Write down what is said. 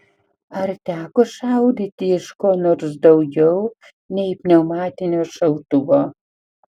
ar teko šaudyti iš ko nors daugiau nei pneumatinio šautuvo